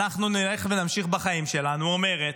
אנחנו נלך ונמשיך בחיים שלנו, אומרת: